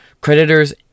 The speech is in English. creditors